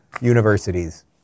universities